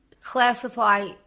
classify